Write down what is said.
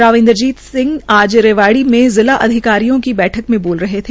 राव इन्द्रजीत सिंह आज रेवाडी में जिला अधिकारियों की बैठक में बोल रहे थे